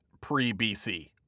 pre-BC